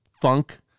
funk